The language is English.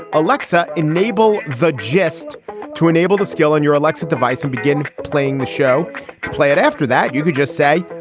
alexa, enable the gist to enable to skill in your alexa device and begin playing the show to play it after that. you could just say,